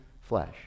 flesh